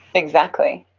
exactly,